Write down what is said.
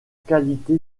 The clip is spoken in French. qualité